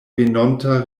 venonta